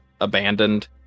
abandoned